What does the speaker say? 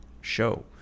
show